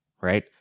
right